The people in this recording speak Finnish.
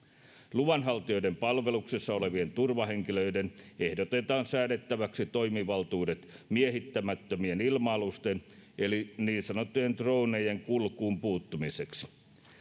luvanhaltijoiden palveluksessa oleville turvahenkilöille ehdotetaan säädettäväksi toimivaltuudet miehittämättömien ilma alusten eli niin sanottujen dronejen kulkuun puuttumiseksi